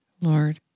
Lord